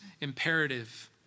imperative